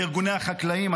לארגוני החקלאים,